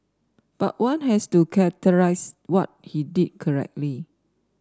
but one has to characterise what he did correctly